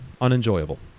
unenjoyable